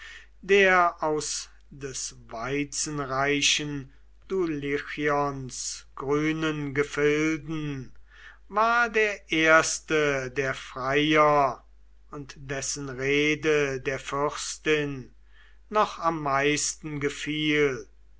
der aus des weizenreichen dulichions grünen gefilden war der erste der freier und dessen rede der fürstin noch am meisten gefiel